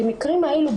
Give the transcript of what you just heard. במקרים האלו,